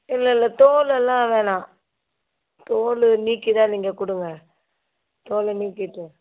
இல்லை இல்லை தோல் எல்லாம் வேணாம் தோல் நீக்கி தான் நீங்கள் கொடுங்க தோலை நீக்கிவிட்டு